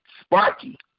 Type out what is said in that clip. sparky